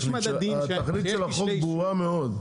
יש מדדים שיש כשלי שוק --- התכלית של החוק ברורה מאוד,